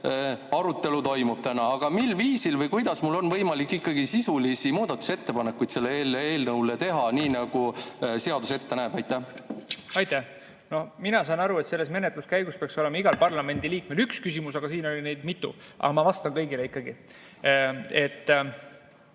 arutelu toimub täna. Aga mil viisil või kuidas mul on võimalik ikkagi sisulisi muudatusettepanekuid selle eelnõu kohta teha, nii nagu seadus ette näeb? Aitäh! No mina saan aru, et selles menetluskäigus peaks olema igal parlamendiliikmel üks küsimus, aga siin oli neid mitu. Aga ma vastan kõigile ikkagi.